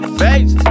face